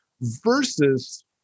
versus